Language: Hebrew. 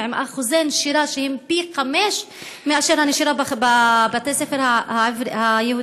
ועם אחוזי נשירה שהם פי חמישה מהנשירה בבתי-הספר היהודיים,